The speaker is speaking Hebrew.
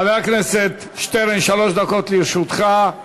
חבר הכנסת שטרן, שלוש דקות לרשותך.